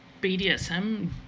BDSM